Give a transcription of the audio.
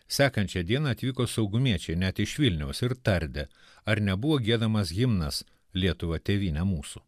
sekančią dieną atvyko saugumiečiai net iš vilniaus ir tardė ar nebuvo giedamas himnas lietuva tėvyne mūsų